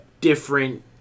different